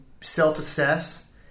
self-assess